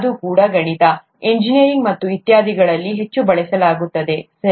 ಅದು ಕೂಡ ಗಣಿತ ಇಂಜಿನಿಯರಿಂಗ್ ಮತ್ತು ಇತ್ಯಾದಿಗಳಲ್ಲಿ ಹೆಚ್ಚು ಬಳಸಲಾಗುತ್ತದೆ ಸರಿ